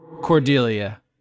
Cordelia